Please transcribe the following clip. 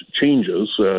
changes